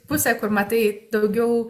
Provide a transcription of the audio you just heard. pusę kur matai daugiau